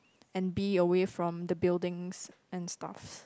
and be away from the buildings and stuff